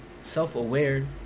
self-aware